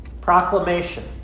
Proclamation